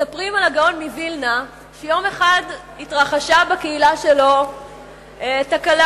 מספרים על הגאון מווילנה שיום אחד התרחשה בקהילה שלו תקלה,